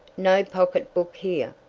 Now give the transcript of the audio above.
no pocketbook here,